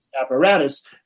apparatus